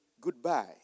goodbye